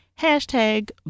hashtag